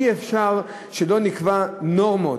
אי-אפשר שלא נקבע נורמות,